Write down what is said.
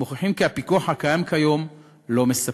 מוכיחים כי הפיקוח הקיים כיום לא מספק.